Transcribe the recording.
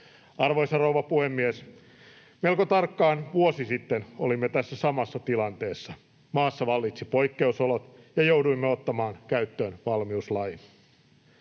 Arvoisa rouva puhemies! Melko tarkkaan vuosi sitten olimme tässä samassa tilanteessa. Maassa vallitsivat poikkeusolot, ja jouduimme ottamaan käyttöön valmiuslain.